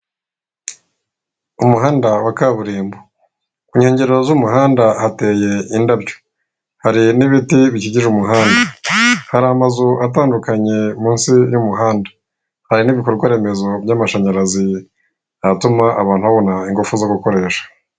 Umuhanda wa kaburimbo. Ku nkengero z'umuhanda hateye indabyo. Hari n'ibiti bikikije umuhanda. Hari amazu atandukanye munsi y'umuhanda. Hari n'ibikorwa remezo by'amashanyarazi atuma abantu babona ingufu zo gukoresha.